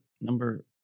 number